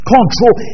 Control